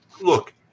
look